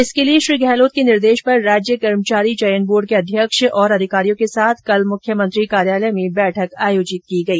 इसके लिए श्री गहलोत के निर्देश पर राज्य कर्मचारी चयन बोर्ड के अध्यक्ष और अधिकारियों के साथ कल मुख्यमंत्री कार्यालय में बैठक आयोजित की गई